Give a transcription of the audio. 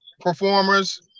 performers